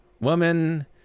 woman